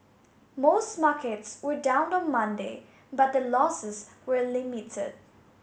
most markets were down on Monday but the losses were limited